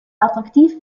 attraktiv